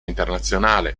internazionale